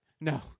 No